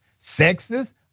sexist